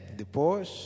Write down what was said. depois